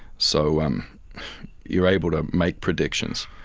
so um you are able to make predictions.